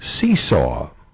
Seesaw